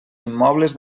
immobles